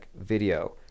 video